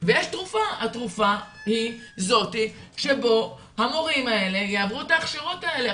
ויש תרופה-התרופה היא זאת שהמורים יעברו את ההכשרות האלה.